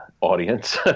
audience